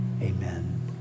Amen